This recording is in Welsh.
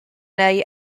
neu